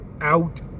Out